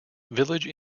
village